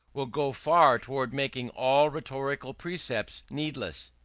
will go far towards making all rhetorical precepts needless.